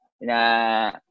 na